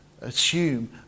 assume